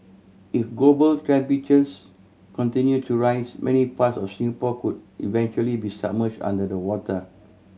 if global temperatures continue to rise many parts of Singapore could eventually be submerged under the water